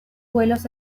vuelos